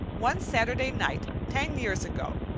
one saturday night ten years ago,